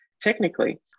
technically